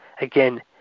again